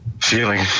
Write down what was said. feeling